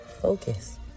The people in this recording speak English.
focus